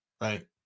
Right